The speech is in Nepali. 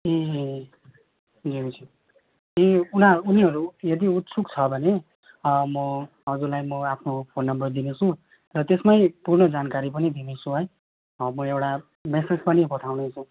ए ए ए उना उनीहरू यदि उत्सुक छ भने म हजुरलाई म आफ्नो फोन नम्बर दिनुे छु र त्यसमै पूर्ण जानकारी पनि दिने छु है म एउटा मेसेज पनि पठाउने छु